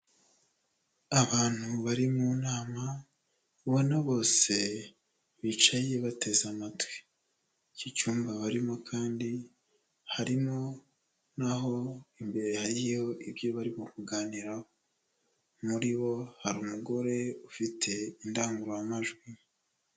Abantu bari mu nama ubona bose bicaye bateze amatwi. Icyo cyumba barimo kandi harimo n'aho imbere hariho ibyo barimo kuganiraho muri bo hari umugore ufite indangururamajwi.